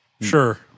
Sure